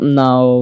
now